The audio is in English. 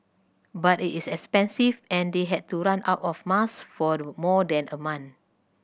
but it is expensive and they had to run out of masks for more than a month